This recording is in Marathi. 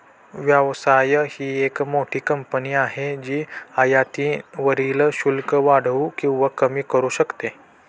व्यवसाय ही एक मोठी कंपनी आहे जी आयातीवरील शुल्क वाढवू किंवा कमी करू शकते